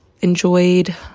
enjoyed